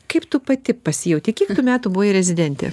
kaip tu pati pasijautei kiek metų buvai rezidentė